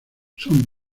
son